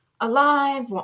alive